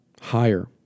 higher